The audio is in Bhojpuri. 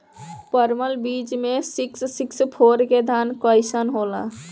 परमल बीज मे सिक्स सिक्स फोर के धान कईसन होला?